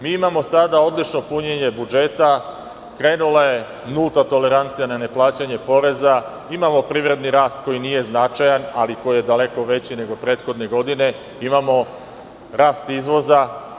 Mi imamo sada odlično punjenje budžeta, krenula je nulta tolerancija na neplaćanje poreza, imamo privredni rast koji nije značajan, ali koji je daleko veći nego prethodne godine i imamo rast izvoza.